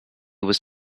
was